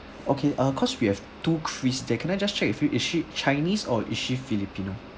okay uh cause we have two chris there can I just check with you is she chinese or is she filipino